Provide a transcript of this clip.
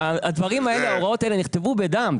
ההוראות האלה נכתבו בדם.